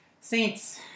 saints